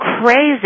crazy